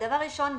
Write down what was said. דבר ראשון,